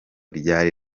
ryari